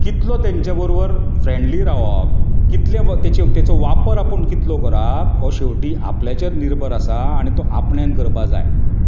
कितलो तेंचे बरोबर फ्रेंडली रावप कितलो तेचो तेचे वापर आपूण कितलो करप हो शेवटीं आपल्याचेर निर्भर आसा आनी तो आपणेन करपाक जाय